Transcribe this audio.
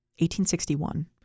1861